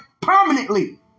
permanently